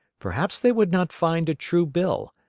perhaps they would not find a true bill,